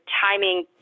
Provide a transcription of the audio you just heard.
timing